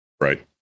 right